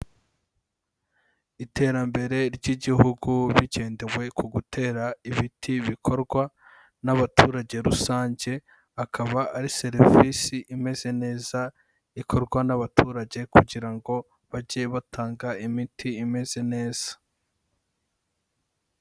Iterambere ry'igihugu bigendewe ku gutera ibiti bikorwa n'abaturage rusange, akaba ari serivisi imeze neza ikorwa n'abaturage kugira ngo bajye batanga imiti imeze neza.